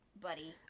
Buddy